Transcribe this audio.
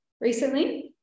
recently